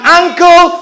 uncle